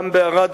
גם בערד,